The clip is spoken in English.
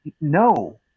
no